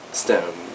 stone